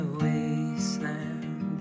wasteland